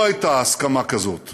לא הייתה הסכמה כזאת